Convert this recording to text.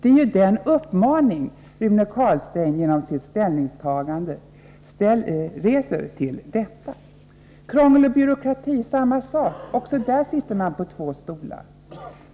Rune Carlsteins ställningstagande kan ju uppfattas som en sådan uppmaning. När det gäller krångel och byråkrati förhåller det sig på samma sätt. Också i det avseendet sitter man på två stolar.